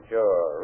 Sure